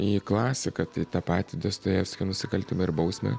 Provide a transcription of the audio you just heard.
į klasiką tai tą patį dostojevskio nusikaltimą ir bausmę